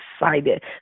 excited